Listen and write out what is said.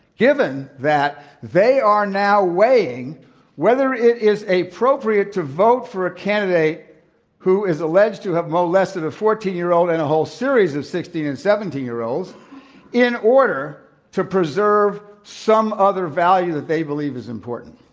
given that they are now weighing whether it is appropriate to vote for a candidate who is alleged to have molested a fourteen year old and a whole series of sixteen and seventeen year olds in order to preserve some other value that they believe is important.